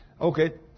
Okay